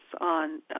on